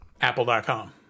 Apple.com